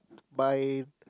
by